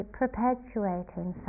perpetuating